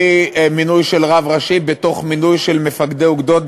והביא מינוי של רב ראשי בתוך מינוי של מפקדי אוגדות,